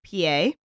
PA